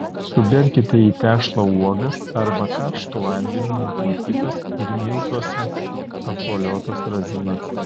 suberkite į tešlą uogas arba karštu vandeniu nuplikytas ir miltuose apvoliotas razinas